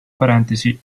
parentesi